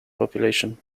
population